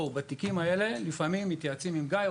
בתיקים האלה צריך לפעמים להתייעץ עם גיא,